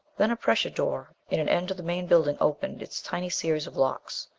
then a pressure door in an end of the main building opened its tiny series of locks.